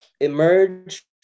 emerge